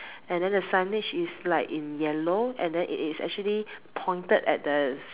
and then the signage is like in yellow and then it is actually pointed at the